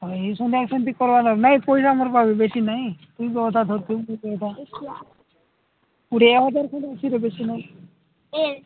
ଏଇ ସନ୍ଧ୍ୟାବେଳେ ସେମ୍ତି କର୍ବା ଲାଗି ନାଇଁ ପଇସା ମୋ ପାଖରେ ବେଶୀ ନାଇଁ ତୁଇ ବି ଅଧା ଧରିଥିବୁ ମୁଁ ବି ଅଧା କୁଡ଼ିଏ ହଜାର ଖଣ୍ଡେ ଅଛିରେ ବେଶୀ ନାଇଁ ଏ